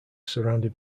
surrounded